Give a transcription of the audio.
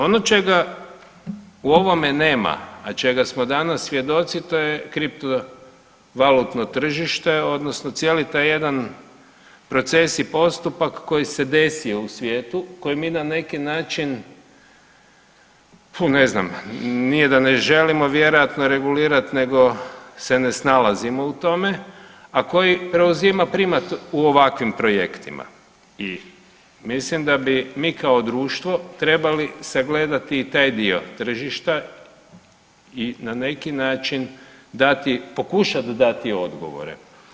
Ono čega u ovome nema, a čega samo danas svjedoci to je kriptno valutno tržište odnosno cijeli taj jedan proces i postupak koji se desio u svijetu koji mi na neki način, ne znam, nije da ne želimo vjerojatno regulirat nego se ne snalazimo u tome, a koji preuzima primat u ovakvim projektima i mislim da bi mi kao društvo trebali sagledati i taj dio tržišta i na neki način dati pokušati dati odgovore.